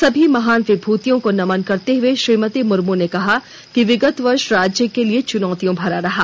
सभी महान विभूतियों को नमन करते हुए श्रीमति मुर्म ने कहा कि विगत वर्ष राज्य के लिए चुनौतियों से भरा रहा